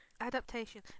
Adaptation